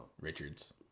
Richards